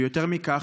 ויותר מכך,